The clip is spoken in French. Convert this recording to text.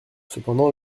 cependant